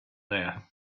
there